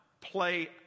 play